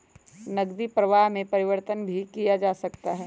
नकदी प्रवाह में परिवर्तन भी किया जा सकता है